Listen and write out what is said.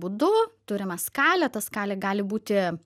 būdu turime skalę ta skalė gali būti